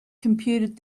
computed